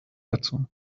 dazu